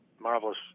marvelous